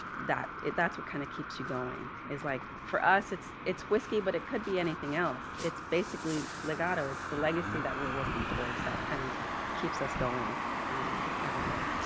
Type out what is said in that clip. that it that's what kind of keeps you going is like for us it's it's whiskey, but it could be anything else. it's basically legato it's the legacy that we're working towards, that kind of keeps us going every day.